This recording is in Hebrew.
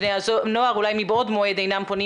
בני הנוער אולי מבעוד מועד אינם פונים